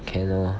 can lor